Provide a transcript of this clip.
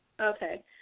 Okay